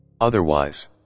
Otherwise